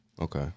Okay